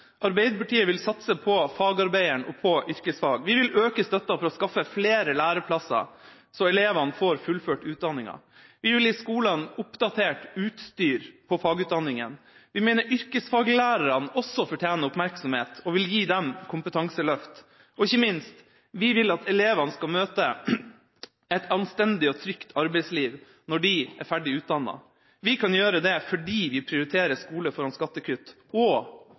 Arbeiderpartiet vil satse på fagarbeideren og på yrkesfag. Vi vil øke støtta for å skaffe flere læreplasser, så elevene får fullført utdanninga. Vi vil gi skolene oppdatert utstyr på fagutdanninga. Vi mener yrkesfaglærerne også fortjener oppmerksomhet og vil gi dem kompetanseløft. Og ikke minst: Vi vil at elevene skal møte et anstendig og trygt arbeidsliv når de er ferdig utdannet. Vi kan gjøre det fordi vi prioriterer skole foran skattekutt, og